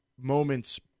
Moments